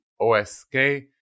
OSK